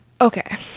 okay